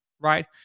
Right